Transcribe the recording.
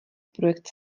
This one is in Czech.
projekt